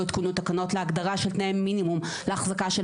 הותקנו תקנות להגדרה של תנאי מינימום להחזקה של